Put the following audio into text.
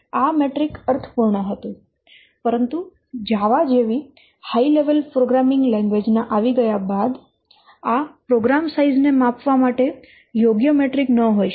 આ મેટ્રિક અર્થપૂર્ણ હતું પરંતુ જાવા જેવી હાય લેવલ પ્રોગ્રામિંગ લેંગ્વેજ ના આવી ગયા બાદ આ પ્રોગ્રામ સાઈઝ ને માપવા માટે યોગ્ય મેટ્રિક ન હોઈ શકે